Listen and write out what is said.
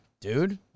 dude